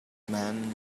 man